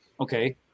okay